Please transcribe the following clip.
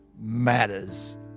matters